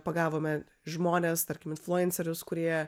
pagavome žmones tarkim influencerius kurie